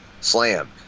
Slam